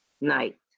night